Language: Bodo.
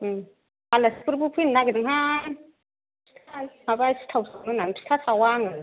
आलासिफोरबो फैनो नागिरदोंहाय माबा सिथाव संनो होननानै फिथा सावा आङो